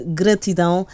gratidão